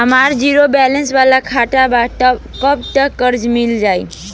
हमार zero balance वाला खाता बा त कर्जा मिल जायी?